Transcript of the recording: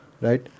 right